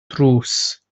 drws